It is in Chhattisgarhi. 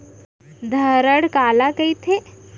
धरण काला कहिथे?